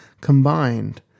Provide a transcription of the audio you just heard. combined